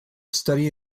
study